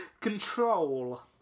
Control